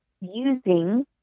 using